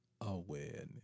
awareness